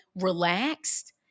relaxed